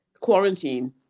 quarantine